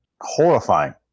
Horrifying